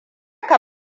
ka